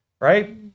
right